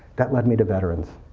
that led me to veterans.